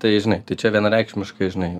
tai žinai tai čia vienareikšmiškai žinai